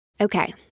Okay